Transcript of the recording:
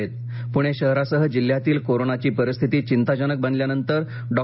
पूणे शहरासह जिल्ह्यातील कोरोनाची परिस्थिती चिंताजनक बनल्यानंतर डॉ